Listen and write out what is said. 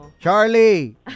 Charlie